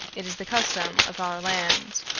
it is the custom of our land.